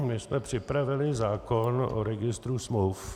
My jsme připravili zákon o registru smluv.